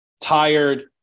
tired